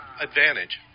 advantage